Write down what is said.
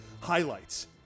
Highlights